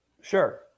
Sure